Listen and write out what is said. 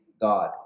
God